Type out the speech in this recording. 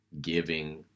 giving